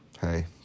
Hey